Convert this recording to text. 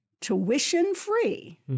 tuition-free